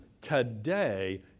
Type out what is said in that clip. Today